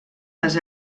les